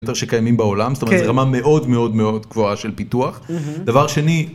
ביותר שקיימים בעולם, זאת אומרת זה רמה מאוד מאוד מאוד גבוהה של פיתוח, דבר שני...